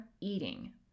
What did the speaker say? eating